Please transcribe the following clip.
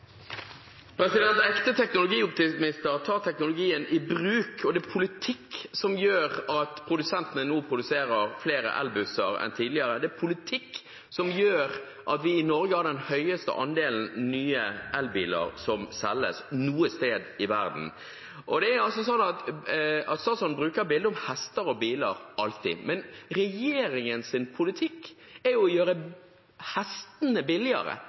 politikk som gjør at produsentene nå produserer flere elbusser enn tidligere. Det er politikk som gjør at vi i Norge har den største andelen nye elbiler som selges noe sted i verden. Statsråden bruker alltid bildet med hester og biler, men regjeringens politikk er jo å gjøre hestene billigere